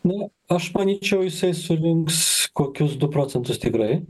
na aš manyčiau surinks kokius du procentus tikrai